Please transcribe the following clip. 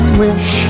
wish